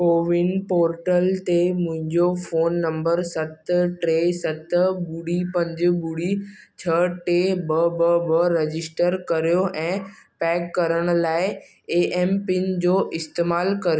CoWIN portal ते मुंहिंजो phone number सत टे सत ॿुड़ी पंज ॿुड़ी छह टे ॿ ॿ ॿ रजिस्टर करियो ऐं पैक करण लाइ ए एमपिन जो इस्तेमालु करियो